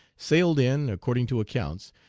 sailed in, according to accounts,